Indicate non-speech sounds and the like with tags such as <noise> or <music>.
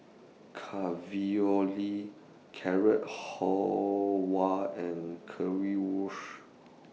<unintelligible> Carrot Halwa and Currywurst